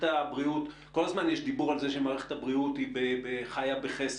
כל הזמן יש דיבור על כך שמערכת הבריאות חיה בחסר,